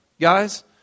Guys